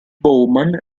bowman